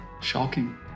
Shocking